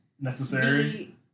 necessary